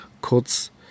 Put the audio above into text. kurz